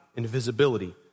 invisibility